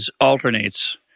alternates